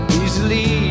easily